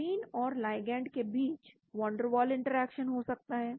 protein और ligand के बीच वंडरवॉल इंटरेक्शन हो सकता है